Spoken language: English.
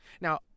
Now